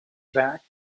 back